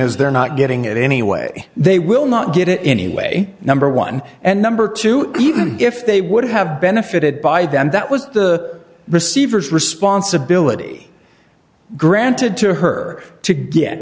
is they're not getting it anyway they will not get it anyway number one and number two even if they would have benefited by them that was the receiver's responsibility granted to her to